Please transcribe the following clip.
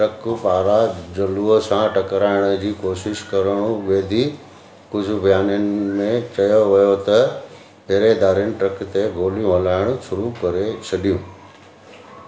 truck पारां झलु सां टकिराइण जी कोशिशि करणु बैदि कुझु बयाननि में चयो वियो त पहिरेदारनि ट्रक ते गोलियूं हलाइणु शुरू करे छडि॒यूं